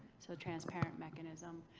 so transparent mechanism.